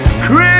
scream